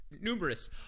numerous